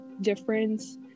difference